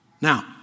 Now